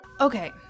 Okay